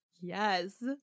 Yes